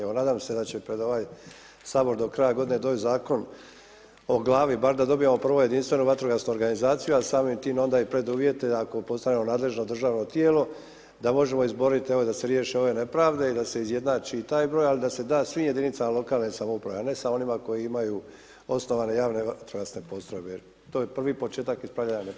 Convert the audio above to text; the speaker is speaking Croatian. Evo nadam se da će pred ovaj Sabor do kraja godine doći Zakon o glavi, bar da dobijemo prvo Jedinstvenu vatrogasnu organizaciju, a samim time i preduvjete, ako postanemo nadležno državno tijelo, da možemo izboriti, evo, da se riješe ove nepravde i da se izjednači i taj broj, ali da se da svim jedinicama lokalne samouprave, a ne samo onima koji imaju osnovane JVP jer to je prvi početak ispravljanja nepravdi.